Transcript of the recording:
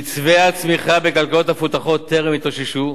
קצבי הצמיחה בכלכלות המפותחות טרם התאוששו,